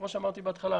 כמו שאמרתי בהתחלה,